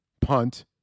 punt